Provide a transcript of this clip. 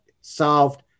solved